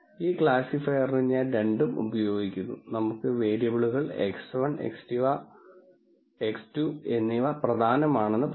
ഈ ക്ലാസിഫയറിന് ഞാൻ രണ്ടും ഉപയോഗിക്കുന്നു നമുക്ക് വേരിയബിളുകൾ x1 x2 എന്നിവ പ്രധാനമാണെന്ന് പറയാം